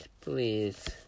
please